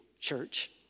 church